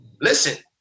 Listen